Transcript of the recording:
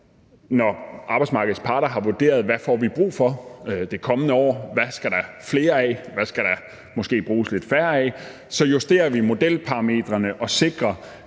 når arbejdsmarkedets parter har vurderet, hvad vi får brug for det kommende år; hvem skal der være flere af; hvem skal der måske bruges lidt færre af? – at vi så justerer modelparametrene og sikrer